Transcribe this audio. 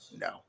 No